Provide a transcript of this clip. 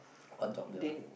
what job that one